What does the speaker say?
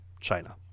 China